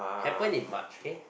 happen in march okay